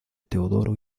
teodoro